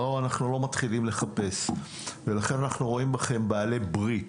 אנחנו לא מתחילים לחפש ולכן אנחנו רואים בכם בעלי ברית.